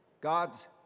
God's